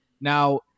Now